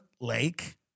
lake